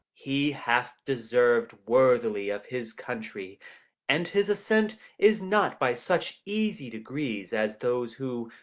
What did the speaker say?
he hath deserved worthily of his country and his ascent is not by such easy degrees as those who,